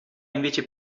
invece